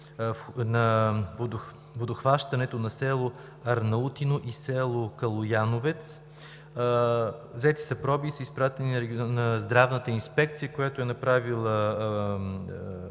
на водохващането на село Арнаутино и село Калояновец. Взети са проби и са изпратени на Здравната инспекция, която е направила